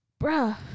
bruh